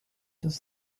does